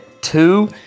two